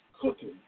cooking